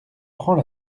prends